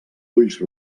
ulls